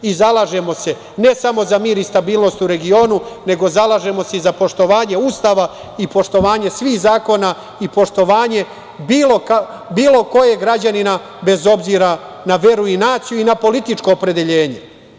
Zalažemo se ne samo za mir i stabilnost u regionu, nego se zalažemo i za poštovanje Ustava i poštovanje svih zakona i poštovanje bilo kojeg građanina bez obzira na veru i naciju i na političko opredeljenje.